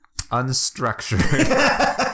unstructured